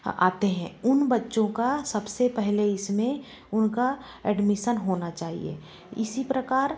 आते हैं उन बच्चों का सबसे पहले इसमें उनका एडमिसन होना चाहिए इसी प्रकार